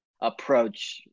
approach